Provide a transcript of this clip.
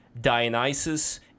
Dionysus